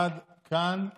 עד כאן דבריי.